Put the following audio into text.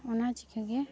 ᱚᱱᱟ ᱪᱤᱠᱟᱹᱜᱮ